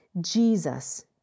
Jesus